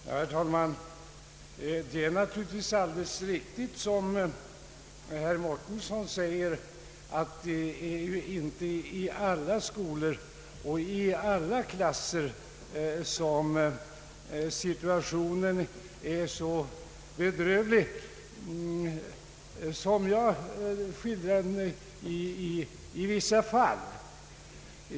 Herr talman! Det är naturligtvis alldeles riktigt som herr Mårtensson säger, att det inte är i alla skolor och i alla klasser som situationen är så bedrövlig som den enligt min skildring är i vissa fall.